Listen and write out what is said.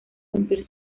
cumplir